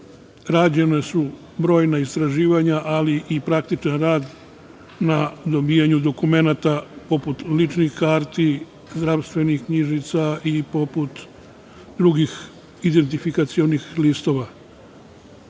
rađena su brojna istraživanja ali i praktičan rad na dobijanju dokumenata poput ličnih karti, zdravstvenih knjižica i drugih identifikacionih listova.